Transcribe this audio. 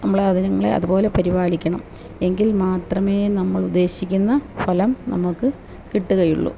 നമ്മൾ അതുങ്ങളെ അതുപോലെ പരിപാലിക്കണം എങ്കിൽമാത്രമേ നമ്മൾ ഉദ്ദേശിക്കുന്ന ഫലം നമുക്കു കിട്ടുകയുള്ളു